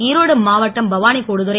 ஈரோடு மாவட்டம் பவானி கூடுதுறை